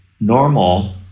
normal